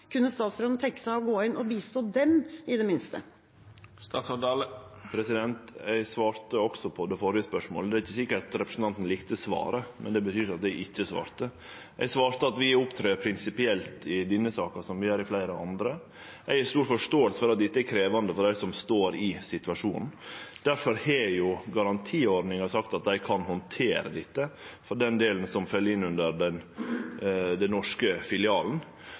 Kunne statsråden tenke seg å gå inn og bistå dem, i det minste? Eg svarte også på det førre spørsmålet. Det er ikkje sikkert representanten likte svaret, men det betyr ikkje at eg ikkje svarte. Eg svarte at vi opptrer prinsipielt i denne saka, slik som vi gjer i fleire andre saker. Eg har stor forståing for at dette er krevjande for dei som står i situasjonen. Difor har Garantiordninga sagt at ein kan handtere dette, også den delen som fell inn under den norske filialen.